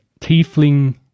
tiefling